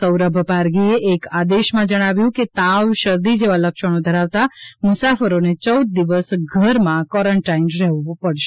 સૌરભ પારધીએ એક આદેશમાં જણાવ્યું છે કે તાવ શરદી જેવા લક્ષણો ધરાવતા મુસાફરોને યૌદ દિવસ ઘરમાં કોરોન્ટાઇન રહેવું પડશે